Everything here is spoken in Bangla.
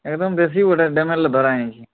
একদম দেশি ওটা